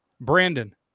Brandon